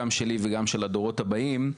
גם שלי וגם של הדורות הבאים,